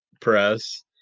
Press